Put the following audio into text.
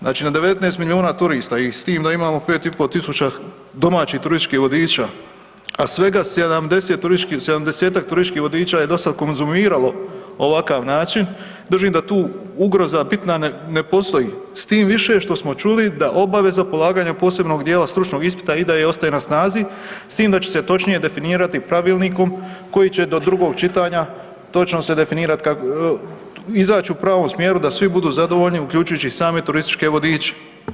Znači na 19 milijuna turista i s time da imamo pet i pol tisuća domaćih turističkih vodiča, a svega 70-tak turističkih vodiča je do sad konzumiralo ovakav način držim da tu ugroza bitna ne postoji s tim više što smo čuli da obaveza polaganja posebnog dijela stručnog ispita i dalje ostaje na snazi s tim da će se točnije definirati pravilnikom koji će do drugog čitanja točno se definirati, izaći u pravom smjeru da svi budu zadovoljni uključujući i same turističke vodiče.